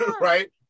right